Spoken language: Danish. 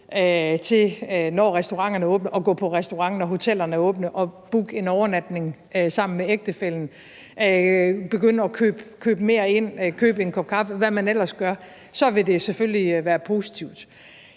når hotellerne åbner, til at booke en overnatning sammen med ægtefællen, begynder at købe mere ind, køber en kop kaffe, og hvad man ellers gør, vil det selvfølgelig være positivt.